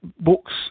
books